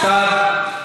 סתיו,